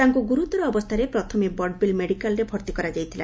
ତାଙ୍କୁ ଗୁରୁତର ଅବସ୍ଚାରେ ପ୍ରଥମେ ବଡ଼ବିଲ ମେଡ଼ିକାଲରେ ଭର୍ତି କରାଯାଇଥିଲା